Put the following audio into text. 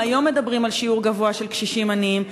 אם היום מדברים על שיעור גבוה של קשישים עניים,